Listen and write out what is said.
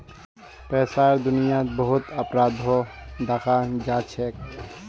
पैसार दुनियात बहुत अपराधो दखाल जाछेक